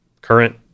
current